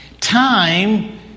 Time